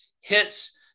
hits